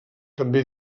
també